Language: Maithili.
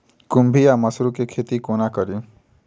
खुम्भी वा मसरू केँ खेती कोना कड़ी?